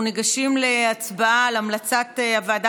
אנחנו ניגשים להצבעה על המלצת הוועדה